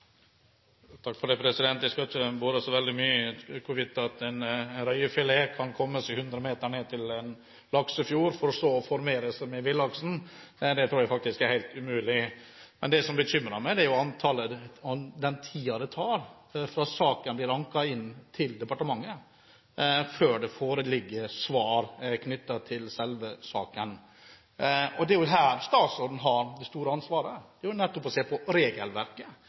Jeg skal ikke bore så dypt i om hvorvidt en røyefilet kan komme seg 100 meter ned til en laksefjord for så å formere seg med villaksen, det tror jeg faktisk er helt umulig. Men det som bekymrer meg, er den tiden det tar fra saken blir anket inn til departementet, til det foreligger svar. Det er her statsråden har det store ansvaret – nettopp å se på regelverket,